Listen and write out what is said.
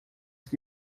que